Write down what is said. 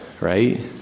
right